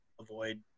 avoid